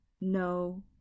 No